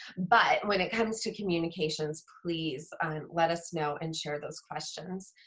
but when it comes to communications please let us know and share those questions.